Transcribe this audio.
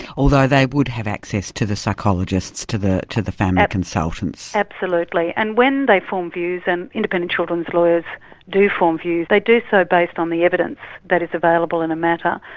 although they would have access to the psychologists, to the to the family consultants. absolutely, and when they form views and independent children's lawyers do form views, they do so based on the evidence that is available in a matter,